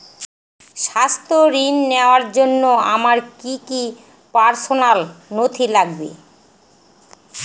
স্বাস্থ্য ঋণ নেওয়ার জন্য আমার কি কি পার্সোনাল নথি লাগবে?